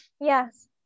yes